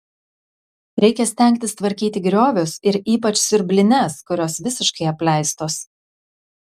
reikia stengtis tvarkyti griovius ir ypač siurblines kurios visiškai apleistos